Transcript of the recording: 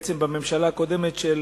בעצם בממשלה הקודמת של